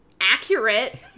accurate